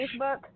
Facebook